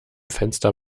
fenster